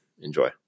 Enjoy